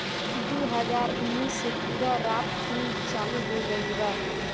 दु हाजार उन्नीस से पूरा रात दिन चालू हो गइल बा